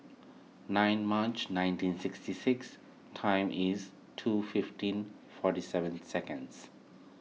nine March nineteen sixty six time is two fifteen forty seven seconds